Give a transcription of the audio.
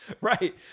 Right